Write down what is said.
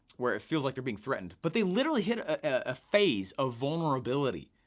where it feels like they're being threatened. but they literally hit a phase of vulnerability.